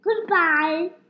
Goodbye